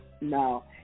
no